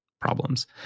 problems